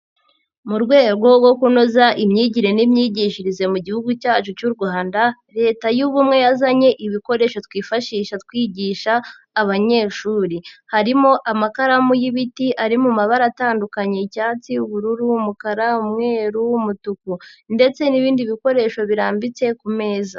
Mu rwego rwo kunoza imyigire n'imyigishirize mu Gihugu cyacu cy'u Rwanda, Leta y'ubumwe yazanye ibikoresho twifashisha twigisha abanyeshuri harimo amakaramu y'ibiti ari mu mabara atandukanye, icyatsi, ubururu, umukara, umweru, umutuku ndetse n'ibindi bikoresho birambitse ku meza.